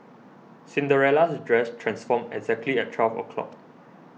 Cinderella's dress transformed exactly at twelve o'clock